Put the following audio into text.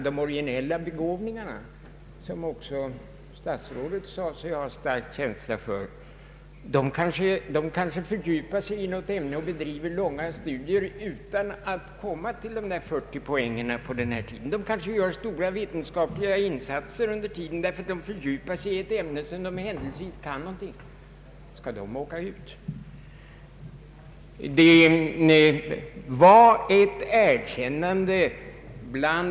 De originella begåvningarna, som också statsrådet sade sig ha stark känsla för, kanske fördjupar sig i något ämne och bedriver ingående studier i det utan att komma upp till de där 40 poängen inom den föreskrivna tiden. De kanske gör stora vetenskapliga insatser under tiden därför att de för djupar sig i ett ämne som de händelsevis har kunskaper i. Skall de åka ut?